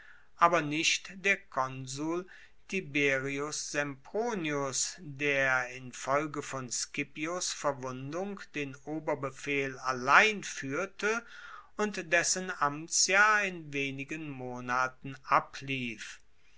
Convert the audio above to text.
aber nicht der konsul tiberius sempronius der infolge von scipios verwundung den oberbefehl allein fuehrte und dessen amtsjahr in wenigen monaten ablief